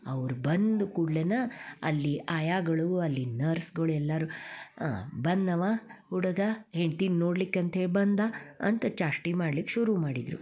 ಅವ್ರು ಬಂದ ಕೂಡ್ಲೆ ಅಲ್ಲಿ ಆಯಾಗಳು ಅಲ್ಲಿ ನರ್ಸ್ಗಳು ಎಲ್ಲರೂ ಬಂದನವ್ವ ಹುಡಗ ಹೆಂಡ್ತಿನ ನೋಡ್ಲಿಕ್ಕೆ ಅಂತ್ಹೇಳಿ ಬಂದ ಅಂತ ಚಾಷ್ಟೆ ಮಾಡ್ಲಿಕ್ಕೆ ಶುರು ಮಾಡಿದರು